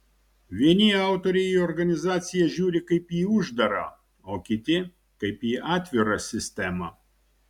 vieni autoriai į organizaciją žiūri kaip į uždarą o kiti kaip į atvirą sistemą